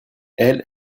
elle